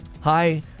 Hi